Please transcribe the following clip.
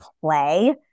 play